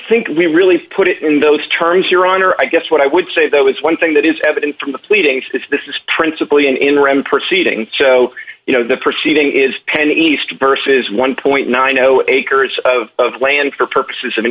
think we really put it in those terms your honor i guess what i would say though is one thing that is evident from the pleadings if this is principally an in rem proceeding so you know the proceeding is pending east versus one point nine acres of land for purposes